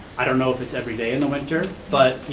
i don't know if it's everyday in the winter but,